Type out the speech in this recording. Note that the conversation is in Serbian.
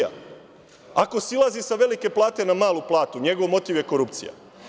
Ako silazi sa velike plate na malu platu, njegov motiv je korupcija.